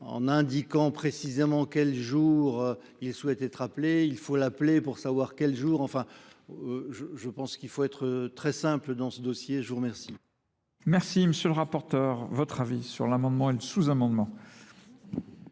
en indiquant précisément quel jour il souhaite être appelé, il faut l'appeler pour savoir quel jour, enfin, Je pense qu'il faut être très simple dans ce dossier. Je vous remercie. Merci, monsieur le rapporteur. Votre avis sur l'amendement et le Merci, monsieur